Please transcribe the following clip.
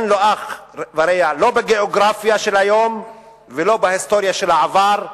אין לו אח ורע לא בגיאוגרפיה של היום ולא בהיסטוריה של העבר,